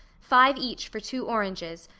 five each for two oranges,